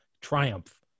triumph